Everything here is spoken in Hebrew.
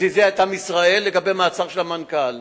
וזעזע את עם ישראל, לגבי המעצר של המנכ"ל.